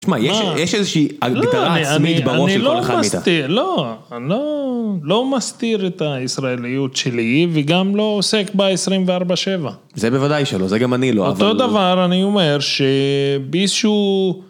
שמע יש איזושהי הגדרה עצמית בראש של כל אחד מאיתנו. לא, אני לא מסתיר את הישראליות שלי וגם לא עוסק בה 24/7. זה בוודאי שלא, זה גם אני לא. אותו דבר, אני אומר שבאיזשהו...